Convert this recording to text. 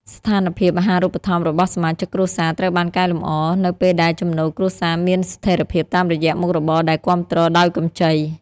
ស្ថានភាពអាហារូបត្ថម្ភរបស់សមាជិកគ្រួសារត្រូវបានកែលម្អ នៅពេលដែលចំណូលគ្រួសារមានស្ថិរភាពតាមរយៈមុខរបរដែលគាំទ្រដោយកម្ចី។